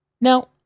Now